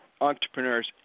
entrepreneurs